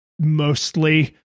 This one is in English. Mostly